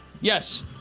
yes